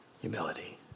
humility